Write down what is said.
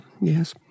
yes